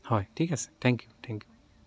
হয় ঠিক আছে থেংক ইউ থেংক ইউ